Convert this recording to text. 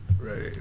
Right